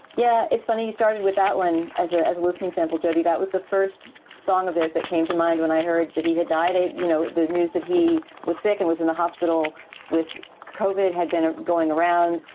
yeah, it's funny you started with that one as a as a listening sample, jodi. that was the first song of theirs that came to mind when i heard that he had died. you know, the news that he was sick and was in the hospital with cauvin, it had been going around.